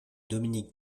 dominique